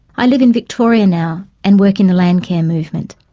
i live in victoria now and work in the landcare movement.